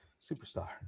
Superstar